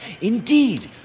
Indeed